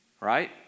right